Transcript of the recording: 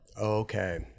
Okay